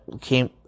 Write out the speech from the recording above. came